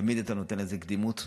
אתה נותן לזה קדימות תמיד,